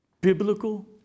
Biblical